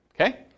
Okay